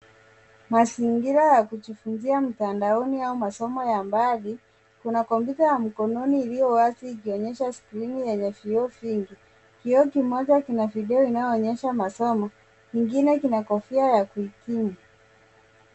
Mazingira ya kujifunzia mtandaoni au masomo ya mbali kuna komputa ya mkononi iliyo wazi ikionyesha skrini yenye vioo vingi. Kioo kimoja kina video inayo onyesha masomo kingine kina kofia ya kuhitimu.